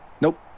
Nope